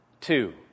two